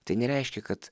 tai nereiškia kad